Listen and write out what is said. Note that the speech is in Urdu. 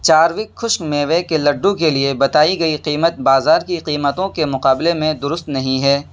چاروک خشک میوے کے لڈو کے لیے بتائی گئی قیمت بازار کی قیمتوں کے مقابلے میں درست نہیں ہے